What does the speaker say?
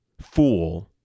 fool